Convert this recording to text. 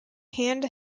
hand